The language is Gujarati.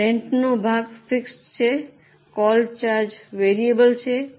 રેન્ટનો ભાગ ફિક્સ્ડ છે કોલ ચાર્જ વેરિયેબલ છે